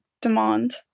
demand